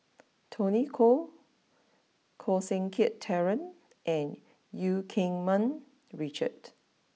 Tony Khoo Koh Seng Kiat Terence and Eu Keng Mun Richard